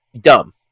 dumb